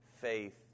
Faith